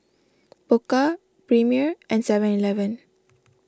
Pokka Premier and Seven Eleven